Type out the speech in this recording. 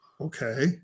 okay